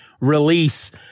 release